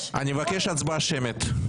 אני מבקש הצבעה שמית.